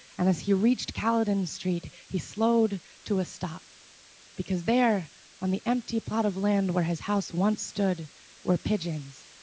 and as he reached calodon street, he slowed to a stop because there on the empty plot of land where his house once stood were pigeons,